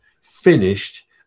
finished